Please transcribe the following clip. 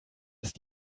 ist